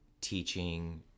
teaching